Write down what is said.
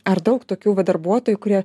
ar daug tokių va darbuotojų kurie